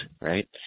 right